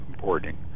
boarding